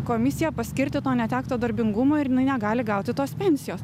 komisija paskirti to netekto darbingumo ir jinai negali gauti tos pensijos